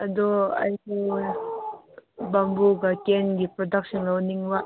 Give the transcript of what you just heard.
ꯑꯗꯨ ꯑꯩꯗꯣ ꯕꯦꯝꯕꯨꯒ ꯀꯦꯟꯒꯤ ꯄ꯭ꯔꯗꯛꯁꯤꯡ ꯂꯧꯅꯤꯡꯕ